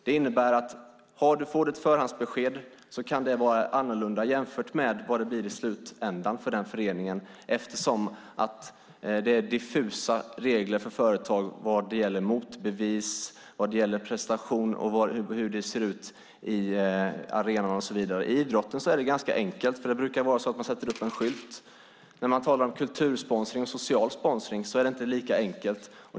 Det innebär att förhandsbeskedet kan vara annorlunda jämfört med vad det blir i slutändan för föreningen eftersom det är diffusa regler för företag vad gäller motbevis, prestation och arenans utseende. Inom idrotten är det enkelt; man brukar sätta upp en skylt. Vid kultursponsring och social sponsring är det inte lika enkelt.